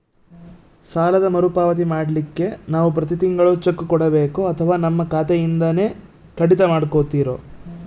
ಸಾಲದ ಮರುಪಾವತಿ ಮಾಡ್ಲಿಕ್ಕೆ ನಾವು ಪ್ರತಿ ತಿಂಗಳು ಚೆಕ್ಕು ಕೊಡಬೇಕೋ ಅಥವಾ ನಮ್ಮ ಖಾತೆಯಿಂದನೆ ಕಡಿತ ಮಾಡ್ಕೊತಿರೋ?